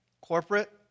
corporate